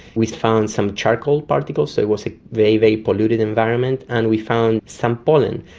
we've found some charcoal particles, so it was a very, very polluted environment. and we found some pollen.